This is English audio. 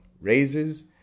raises